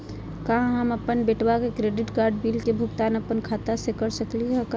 का हम अपन बेटवा के क्रेडिट कार्ड बिल के भुगतान अपन खाता स कर सकली का हे?